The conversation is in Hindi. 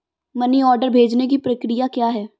मनी ऑर्डर भेजने की प्रक्रिया क्या है?